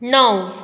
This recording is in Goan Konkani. णव